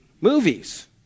Movies